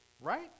right